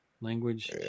language